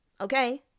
Okay